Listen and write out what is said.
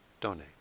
donate